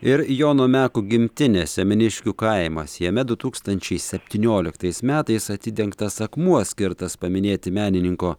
ir jono meko gimtinė semeniškių kaimas jame du tūkstančiai septynioliktais metais atidengtas akmuo skirtas paminėti menininko